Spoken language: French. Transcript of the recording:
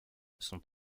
sont